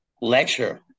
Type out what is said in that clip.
Lecture